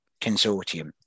Consortium